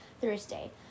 Thursday